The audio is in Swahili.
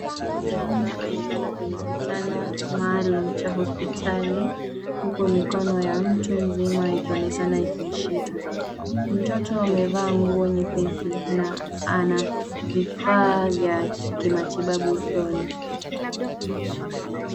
Mtoto mchanga amelala kwenye kitanda maalum, cha hospitali huku mikono ya mtu mzima ikionekana ikimshika. Mtoto amevaa nguo nyepesi, na ana vifaa vya kimatibabu usoni.